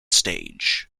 stage